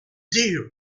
dear